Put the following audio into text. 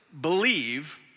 believe